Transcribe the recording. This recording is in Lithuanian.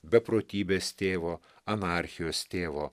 beprotybės tėvo anarchijos tėvo